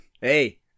hey